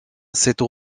cette